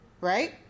right